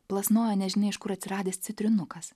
plasnojo nežinia iš kur atsiradęs citrinukas